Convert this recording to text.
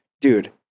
dude